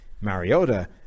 Mariota